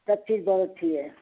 سب چیز بہت اچھی ہے